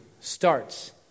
starts